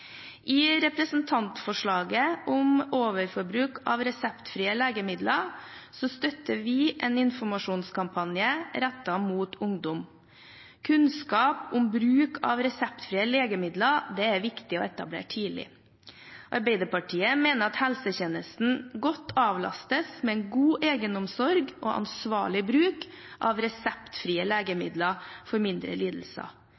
I representantforslaget om overforbruk av reseptfrie legemidler støtter vi en informasjonskampanje rettet mot ungdom. Kunnskap om bruk av reseptfrie legemidler er viktig å etablere tidlig. Arbeiderpartiet mener at helsetjenesten godt avlastes med en god egenomsorg og ansvarlig bruk av reseptfrie